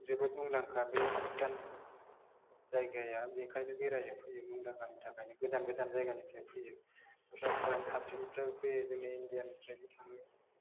जोबोद मुंदांखा बे भुटान जायगाया बेखायनो बेरानो फैयो मुंदांखानि थाखायनो गोजान गोजान जायगानिफ्राय फैयो दस्रा फरेइन कानट्रिनिफ्राय फैयो जोंनि इण्डियाननिफ्रायबो थाङो